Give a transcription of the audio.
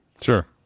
Sure